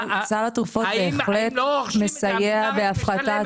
סל התרופות בהחלט מסייע בהפחתת